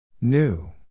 New